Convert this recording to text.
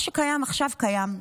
מה שקיים עכשיו קיים,